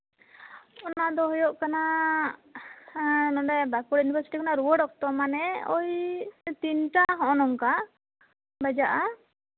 ᱚᱱᱟ ᱫᱚ ᱦᱩᱭᱩᱜ ᱠᱟᱱᱟ ᱵᱟᱸᱠᱩᱲᱟ ᱤᱭᱩᱱᱤᱵᱷᱟᱨᱥᱤᱴᱤ ᱠᱷᱚᱱ ᱨᱩᱣᱟᱹᱲ ᱚᱠᱛᱚ ᱳᱭ ᱛᱤᱱᱴᱟ ᱱᱚᱜᱼᱚ ᱱᱚᱝᱠᱟ ᱵᱟᱡᱟᱜᱼᱟ